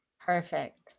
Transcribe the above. perfect